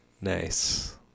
Nice